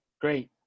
great